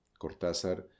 Cortázar